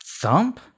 thump